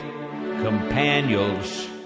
companions